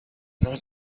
monde